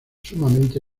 sumamente